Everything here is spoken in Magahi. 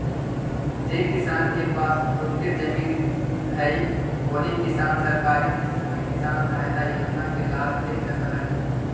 जे किसान के पास खुद के जमीन हइ ओही किसान सरकारी किसान सहायता योजना के लाभ ले सकऽ हथिन